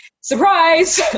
surprise